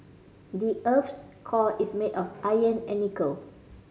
the earth's core is made of iron and nickel